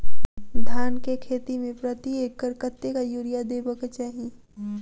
धान केँ खेती मे प्रति एकड़ कतेक यूरिया देब केँ चाहि?